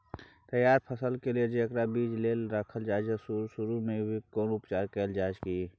तैयार फसल के लिए जेकरा बीज लेल रखल जाय सुरू मे भी कोनो उपचार कैल जाय की?